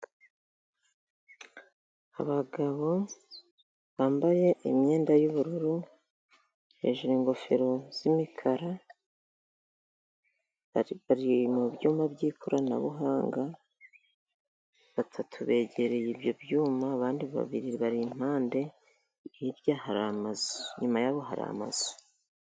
Abagabo bambaye imyenda y'ubururu, hejuru ingofero yimikara bari mu byuma byikoranabuhanga, batatu begereye ibyo byuma abandi babiri bari impande, hirya hari amazu, inyuma yabo hari amazu.